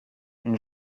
une